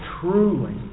truly